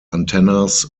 antennas